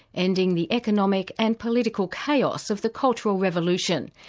ending the economic and political chaos of the cultural revolution,